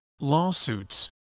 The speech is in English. lawsuits